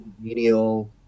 menial